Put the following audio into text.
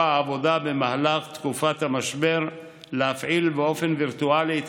העבודה במהלך תקופת המשבר להפעיל באופן וירטואלי את